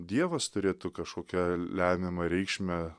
dievas turėtų kašokią lemiamą reikšmę